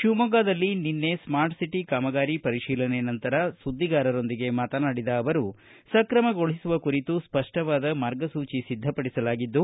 ಶಿವಮೊಗ್ಗದಲ್ಲಿ ನಿನ್ನೆ smart city ಕಾಮಗಾರಿ ಪರಿಶೀಲನೆ ನಂತರ ಸುದ್ದಿಗಾರರೊಂದಿಗೆ ಮಾತನಾಡಿದ ಅವರು ಸಕ್ರಮಗೊಳಿಸುವ ಕುರಿತು ಸ್ಪಪ್ಪವಾದ ಮಾರ್ಗಸೂಚಿ ಸಿದ್ದಪಡಿಸಲಾಗಿದ್ದು